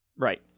Right